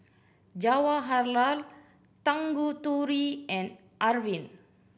Jawaharlal Tanguturi and Arvind